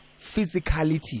physicality